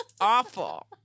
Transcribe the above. Awful